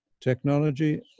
technology